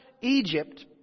Egypt